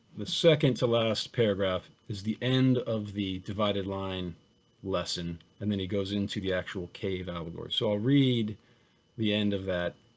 the second to last paragraph is the end of the divided line lesson and then he goes into the actual cave allegory. so i'll read the end of that